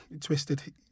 twisted